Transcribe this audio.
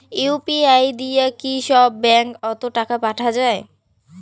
UPI দিয়া কি সব ব্যাংক ওত টাকা পাঠা যায়?